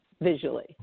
visually